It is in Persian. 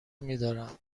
میدارم